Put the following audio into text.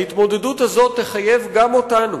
ההתמודדות הזאת תחייב גם אותנו,